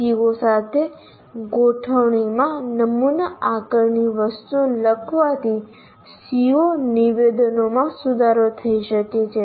CO સાથે ગોઠવણીમાં નમૂના આકારણી વસ્તુઓ લખવાથી CO નિવેદનોમાં સુધારો થઈ શકે છે